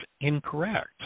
incorrect